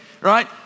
right